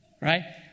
right